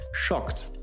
schockt